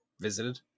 visited